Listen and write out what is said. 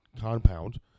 compound